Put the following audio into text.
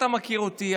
אתה מכיר אותי,